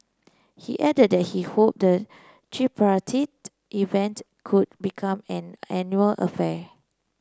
he added that he hoped the tripartite event could become an annual affair